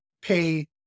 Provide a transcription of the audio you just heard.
pay